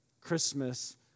Christmas